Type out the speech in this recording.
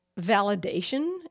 validation